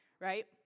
right